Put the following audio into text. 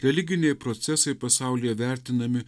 religiniai procesai pasaulyje vertinami